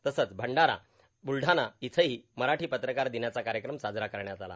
तसंच भंडारा तसंच ब्लढाणा इथंही मराठी पत्रकार दिनाचा कार्यक्रम साजरा करण्यात आला